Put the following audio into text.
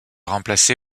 remplacé